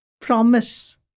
promise